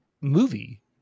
movie